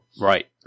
Right